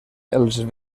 els